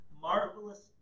marvelous